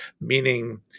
meaning